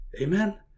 amen